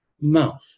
mouth